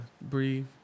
breathe